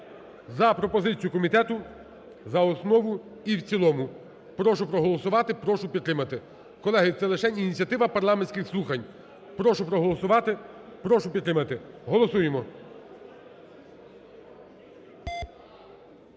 за пропозицію комітету за основу і в цілому. Прошу проголосувати, прошу підтримати. Колеги, це лишень ініціатива парламентських слухань. Прошу проголосувати, прошу підтримати. Голосуємо.